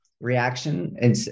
reaction